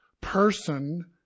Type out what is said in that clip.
person